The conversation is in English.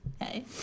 Hey